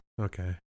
Okay